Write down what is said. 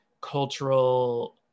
cultural